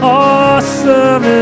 awesome